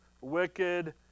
wicked